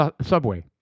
subway